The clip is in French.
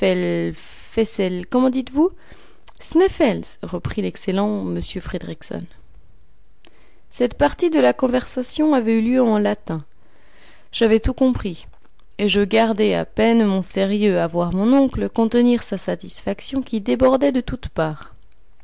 comment dites-vous sneffels reprit l'excellent m fridriksson cette partie de la conversation avait eu lieu en latin j'avais tout compris et je gardais à peine mon sérieux à voir mon oncle contenir sa satisfaction qui débordait de toutes parts